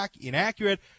inaccurate